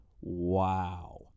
wow